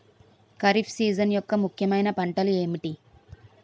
Kharif season యెక్క ముఖ్యమైన పంటలు ఏమిటీ?